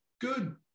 good